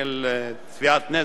שקלים לתביעת נזק.